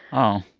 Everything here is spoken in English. oh.